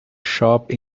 shop